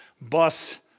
bus